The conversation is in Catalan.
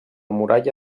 muralla